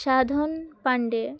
Sadhan Pandey